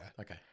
Okay